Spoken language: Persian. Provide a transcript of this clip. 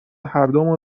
هردومون